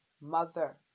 mother